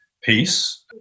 Peace